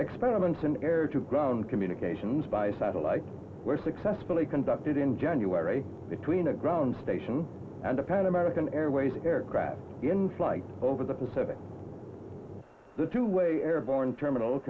experiments in air to ground communications by satellite were successfully conducted in january between a ground station and a pan american airways aircraft in flight over the pacific the two way airborne terminal